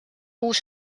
uus